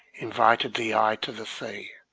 invited the eye to the sea.